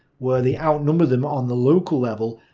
where they outnumber them on the local level,